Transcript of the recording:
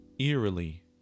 Eerily